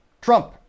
Trump